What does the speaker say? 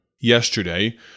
Yesterday